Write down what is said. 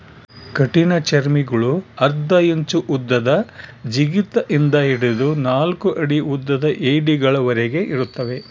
ಕಠಿಣಚರ್ಮಿಗುಳು ಅರ್ಧ ಇಂಚು ಉದ್ದದ ಜಿಗಿತ ಇಂದ ಹಿಡಿದು ನಾಲ್ಕು ಅಡಿ ಉದ್ದದ ಏಡಿಗಳವರೆಗೆ ಇರುತ್ತವೆ